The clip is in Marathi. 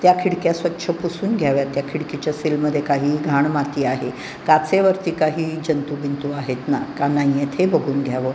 त्या खिडक्या स्वच्छ पुसून घ्याव्या त्या खिडकीच्या सीलमध्ये काही घाणमाती आहे काचेवरती काही जंतुबिंतू आहेत ना का नाही आहेत हे बघून घ्यावं